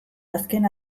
azken